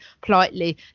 politely